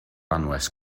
anwes